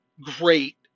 great